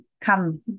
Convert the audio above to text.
come